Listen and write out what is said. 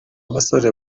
basore